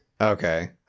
okay